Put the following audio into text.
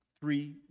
three